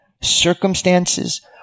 circumstances